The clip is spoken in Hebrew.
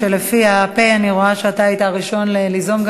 לדיון מוקדם בוועדה שתקבע ועדת הכנסת נתקבלה.